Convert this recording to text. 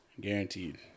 guaranteed